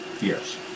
Yes